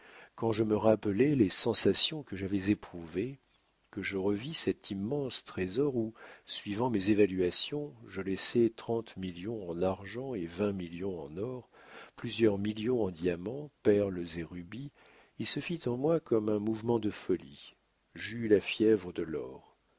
quand je me rappelai les sensations que j'avais éprouvées que je revis cet immense trésor où suivant mes évaluations je laissais trente millions en argent et vingt millions en or plusieurs millions en diamants perles et rubis il se fit en moi comme un mouvement de folie j'eus la fièvre de l'or